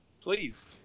Please